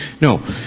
No